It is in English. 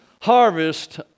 Harvest